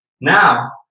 Now